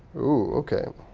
ooh, ok,